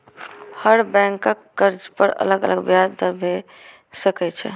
हर बैंकक कर्ज पर अलग अलग ब्याज दर भए सकै छै